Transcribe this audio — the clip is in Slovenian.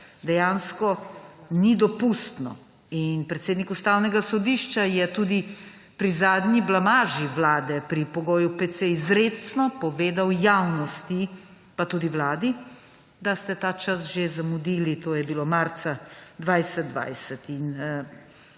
dejansko niso dopustna. Predsednik Ustavnega sodišča je tudi pri zadnji blamaži vlade, pri pogoju PC, izrecno povedal javnosti pa tudi vladi, da ste ta čas že zamudili. To je bilo marca 2020.